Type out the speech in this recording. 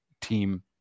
team